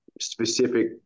specific